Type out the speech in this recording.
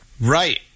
Right